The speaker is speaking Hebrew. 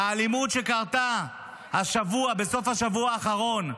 האלימות שקרתה השבוע, בסוף השבוע האחרון,